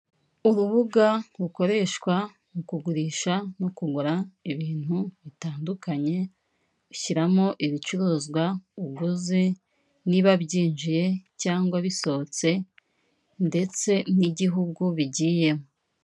Urubuga rukoreshwa mu kugurisha no kugura ibintu bitandukanye, ushyiramo ibicuruzwa uguze niba byinjiye cyangwa bisohotse ndetse n'igihugu bigiyemo.